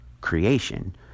creation